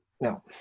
No